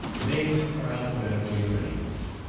the names are alphabetically arranged